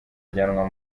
ajyanwa